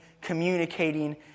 communicating